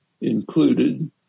included